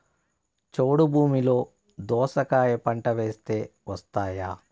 చౌడు భూమిలో దోస కాయ పంట వేస్తే వస్తాయా?